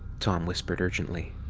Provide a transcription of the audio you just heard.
tom whispered urgently.